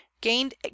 gained